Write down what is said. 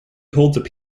holds